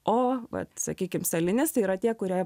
o vat sakykim stalinistai yra tie kurie